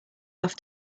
off